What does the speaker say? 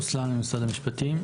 רוסלאן ממשרד המשפטים,